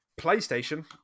PlayStation